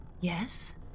Yes